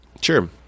Sure